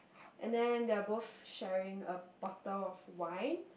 and then they are both sharing a bottle of wine